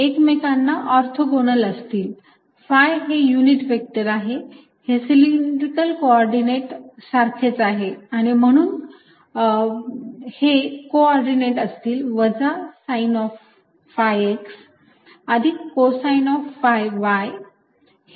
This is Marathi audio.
एकमेकांना ऑर्थोगोनाल असतील phi हे युनिट व्हेक्टर आहे हे सिलेंड्रिकल को ऑर्डिनेट सारखेच आहे आणि म्हणून हे को ऑर्डिनेट असतील वजा साइन ऑफ phi X अधिक कोसाइन ऑफ phi y